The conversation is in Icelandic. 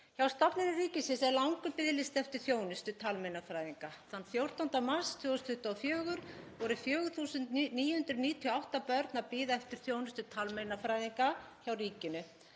Hjá stofnunum ríkisins er langur biðlisti eftir þjónustu talmeinafræðinga. Þann 14. mars 2024 biðu 4.998 börn eftir þjónustu talmeinafræðinga hjá ríkinu.